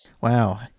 Wow